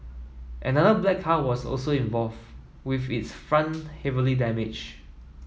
another black car was also involved with its front heavily damaged